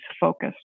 focused